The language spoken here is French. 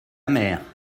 mère